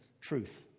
truth